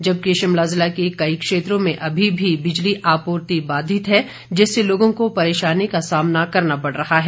जबकि शिमला जिला के कई क्षेत्रों में अभी भी बिजली आपूर्ति बाधित है जिससे लोगों को परेशानी का सामना करना पड़ रहा है